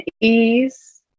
ease